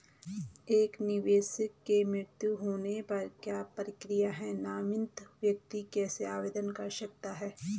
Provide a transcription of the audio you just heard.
एक निवेशक के मृत्यु होने पर क्या प्रक्रिया है नामित व्यक्ति कैसे आवेदन कर सकता है?